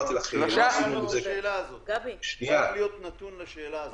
חייב להיות נתון לשאלה הזאת.